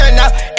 now